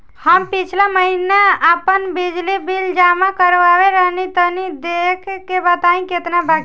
हम पिछला महीना आपन बिजली बिल जमा करवले रनि तनि देखऽ के बताईं केतना बाकि बा?